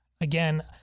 Again